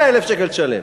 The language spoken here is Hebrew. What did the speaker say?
אנחנו